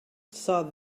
saw